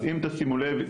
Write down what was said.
אז אם תשימו לב,